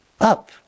up